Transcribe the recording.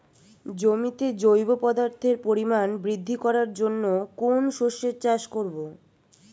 জমিতে জৈব পদার্থের পরিমাণ বৃদ্ধি করার জন্য কোন শস্যের চাষ করবো?